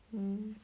mm